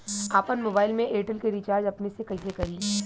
आपन मोबाइल में एयरटेल के रिचार्ज अपने से कइसे करि?